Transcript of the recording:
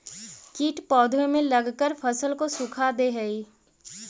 कीट पौधे में लगकर फसल को सुखा दे हई